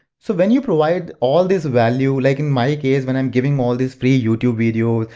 so when you provide all this value, like in my case when i'm giving all these free youtube videos,